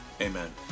Amen